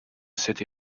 city